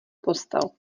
postel